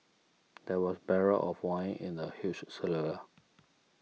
there were barrels of wine in the huge cellar